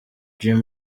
dream